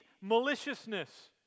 maliciousness